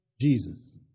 Jesus